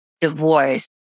divorce